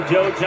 Joe